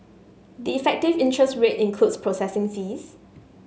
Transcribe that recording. the effective interest rate includes processing fees